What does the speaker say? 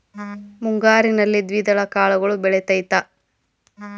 ಮುಂಗಾರಿನಲ್ಲಿ ದ್ವಿದಳ ಕಾಳುಗಳು ಬೆಳೆತೈತಾ?